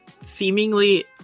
seemingly